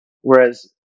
whereas